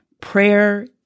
prayer